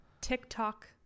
TikTok